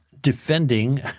defending